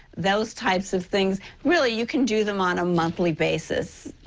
those types of things. really, you can do them on a monthly basis.